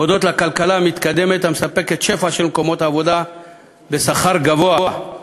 הודות לכלכלה המתקדמת המספקת שפע של מקומות עבודה בשכר גבוה,